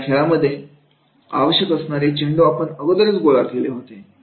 या खेळामध्ये आवश्यक असणारे चेंडू आपण अगोदरच गोळा केले होते